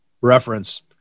reference